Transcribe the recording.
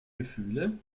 gefühle